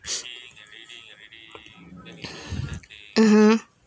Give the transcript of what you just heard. (uh huh)